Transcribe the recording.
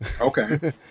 Okay